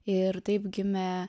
ir taip gimė